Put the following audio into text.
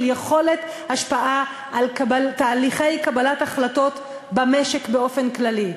של יכולת השפעה על תהליכי קבלת החלטות במשק באופן כללי.